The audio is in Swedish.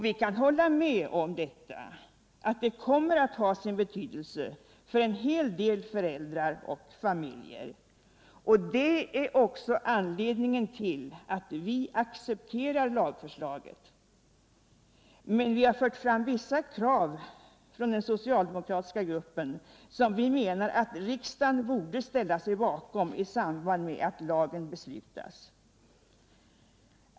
Vi kan hålla med om att möjligheten till ledighet kommer att ha sin betydelse för en hel del föräldrar och familjer. Det är också anledningen till att vi accepterar lagförslaget, men vi har från den socialdemokratiska gruppen fört fram vissa krav som vi menar att riksdagen borde ställa sig bakom i samband med att beslut om lagen fattas.